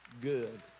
good